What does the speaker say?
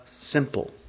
simple